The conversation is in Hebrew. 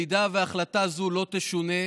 אם החלטה זו לא תשונה,